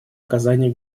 оказания